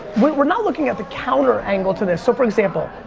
we're not looking at the counter angle to this. so for example,